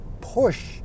push